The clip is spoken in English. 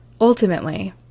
Ultimately